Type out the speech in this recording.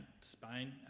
Spain